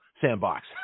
sandbox